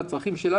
לצרכים שלה,